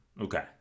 Okay